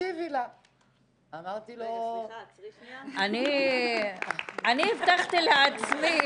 תקשיבי לה -- אני הבטחתי לעצמי,